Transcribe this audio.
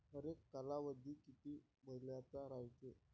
हरेक कालावधी किती मइन्याचा रायते?